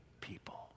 people